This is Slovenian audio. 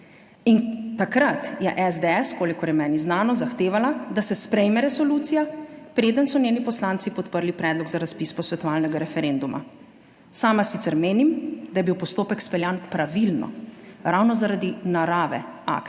In takrat je SDS, kolikor je meni znano, zahtevala, da se sprejme resolucija, preden so njeni poslanci podprli predlog za razpis posvetovalnega referenduma. Sama sicer menim, da je bil postopek speljan pravilno, ravno zaradi narave akta